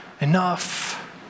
enough